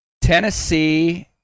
Tennessee